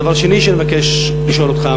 הדבר השני שאני מבקש לשאול אותך,